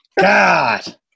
God